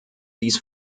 dies